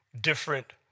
different